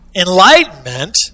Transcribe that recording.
enlightenment